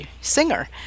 singer